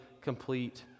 complete